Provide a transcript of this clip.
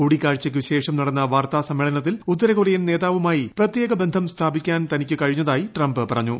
കൂടിക്കാഴ്ചയ്ക്ക ശേഷം നടന്ന വാർത്താ സമ്മേളനത്തിൽ ഉത്തരകൊറിയൻ നേതാവുമായി പ്രത്യേക ബന്ധം സ്ഥാപിക്കാൻ തനിക്ക് കഴിഞ്ഞതായി ട്രംപ് പറഞ്ഞു